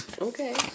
Okay